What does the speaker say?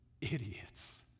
idiots